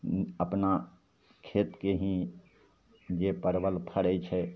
अपना खेतके ही जे परवल फड़ै छै